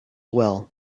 well